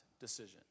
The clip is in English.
decision